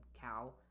cow